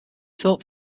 taught